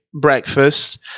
breakfast